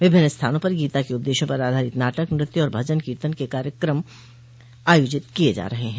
विभिन्न स्थानों पर गीता के उपदेशों पर आधारित नाटक नृत्य और भजन कीर्तन के कार्यक्रम आयोजित किये जा रहे है